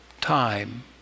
time